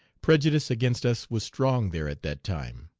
prejudice against us was strong there at that time.